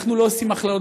אנחנו לא עושים הכללות,